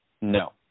No